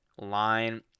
line